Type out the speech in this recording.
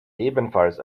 ebenfalls